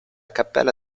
cappella